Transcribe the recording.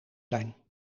zijn